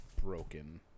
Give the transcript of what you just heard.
broken